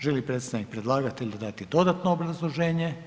Želi li predstavnik predlagatelja dati dodatno obrazloženje?